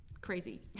crazy